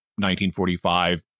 1945